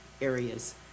areas